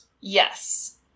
Yes